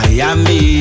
Miami